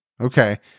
Okay